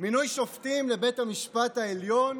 "מינוי שופטים לבית המשפט העליון